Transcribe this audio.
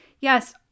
yes